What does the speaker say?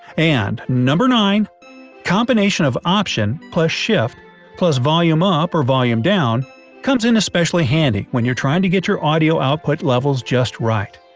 and number nine combination of option plus shift plus volume up or volume down comes in especially handy when you're trying to get your audio output levels just right.